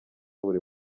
buri